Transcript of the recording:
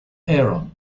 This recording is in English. aaron